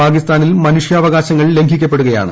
പാകിസ്ഥാനിൽ മനുഷ്യാവകാശങ്ങൾ ലംഘിക്കപ്പെടുകയാണ്